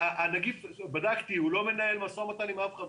הנגיף בדקתי לא מנהל משא ומתן עם אף אחד.